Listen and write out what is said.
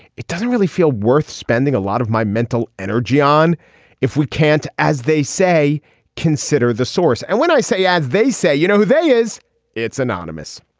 it doesn't really feel worth spending a lot of my mental energy on if we can't as they say consider the source. and when i say as they say you know who they is it's anonymous.